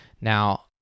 Now